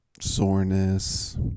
Soreness